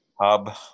Hub